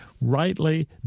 rightly